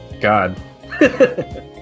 God